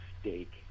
steak